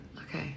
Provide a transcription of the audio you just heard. okay